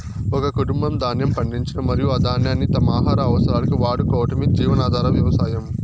ఒక కుటుంబం ధాన్యం పండించడం మరియు ఆ ధాన్యాన్ని తమ ఆహార అవసరాలకు వాడుకోవటమే జీవనాధార వ్యవసాయం